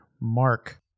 Mark